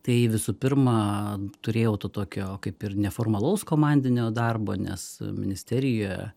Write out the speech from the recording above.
tai visų pirma turėjau to tokio kaip ir neformalaus komandinio darbo nes ministerijoje